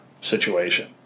situation